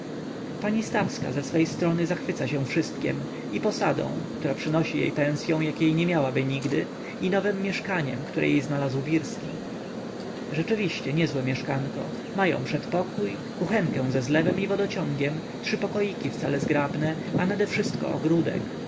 pani stawska ze swej strony zachwyca się wszystkiem i posadą która przynosi jej pensyą jakiej nie miała nigdy i nowem mieszkaniem które jej znalazł wirski rzeczywiście niezłe mieszkanko mają przedpokój kuchenkę ze zlewem i wodociągiem trzy pokoiki wcale zgrabne a nadewszystko ogródek